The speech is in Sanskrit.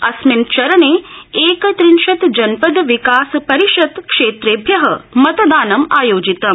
अस्मिन् चरणे एकत्रिंशत् जनपद विकास परिषत्क्षेत्रेभ्य मतदानम् आयोजितम्